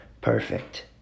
perfect